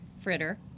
fritter